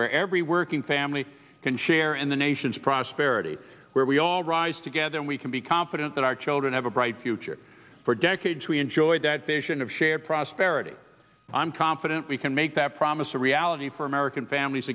where every working family can share in the nation's prosperity where we all rise together and we can be confident that our children have a bright future for decades we enjoyed that vision of shared prosperity i'm confident we can make that promise a reality for american families